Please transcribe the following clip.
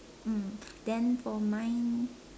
mm then for mine